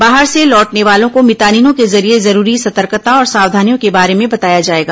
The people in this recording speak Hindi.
बाहर से लौटने वालों को मितानिनों के जरिये जरूरी सतर्कता और सावधानियों के बारे में भी बताया जाएगा